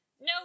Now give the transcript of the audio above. No